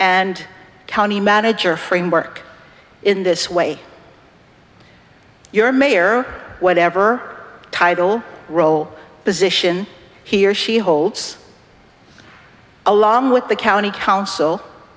and county manager framework in this way your mayor or whatever title role position he or she holds along with the county coun